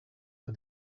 for